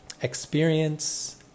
experience